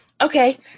Okay